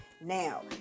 now